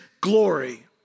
glory